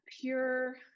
pure